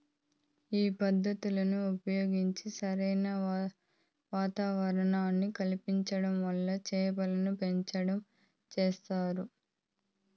ఈ పద్ధతులను ఉపయోగించి సరైన వాతావరణాన్ని కల్పించటం వల్ల చేపలను పెంచటం చేస్తారు